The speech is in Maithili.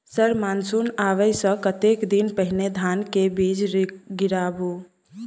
सर मानसून आबै सऽ कतेक दिन पहिने धान केँ बीज गिराबू?